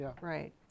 right